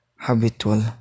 Habitual